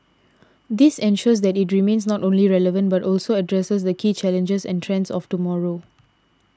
this ensures that it remains not only relevant but also addresses the key challenges and trends of tomorrow